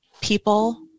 people